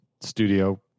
studio